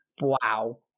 Wow